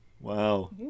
Wow